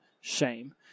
shame